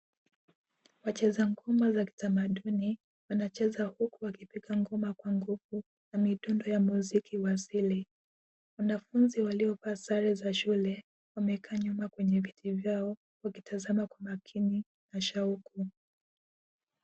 Wacheza ngoma za kitamaduni wanacheza huku wakipiga ngoma kwa nguvu na midundo ya muziki wa asili. Wanafunzi waliovaa sare za shule wamekaa nyuma kwenye viti vyao wakitazama kwa makini na shauku.